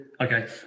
Okay